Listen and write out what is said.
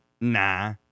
nah